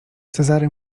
cezary